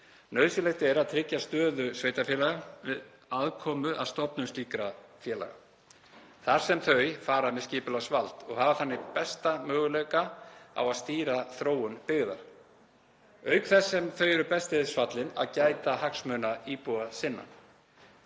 Nauðsynlegt er að tryggja stöðu sveitarfélaga við aðkomu að stofnun slíkra félaga, þar sem þau fara með skipulagsvald og hafa þannig besta möguleika á að stýra þróun byggðar, auk þess sem þau eru best til þess fallin að gæta hagsmuna íbúa sinna.